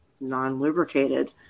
non-lubricated